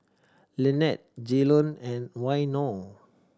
Lynnette Jaylon and Waino